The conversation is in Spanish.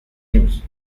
news